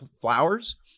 flowers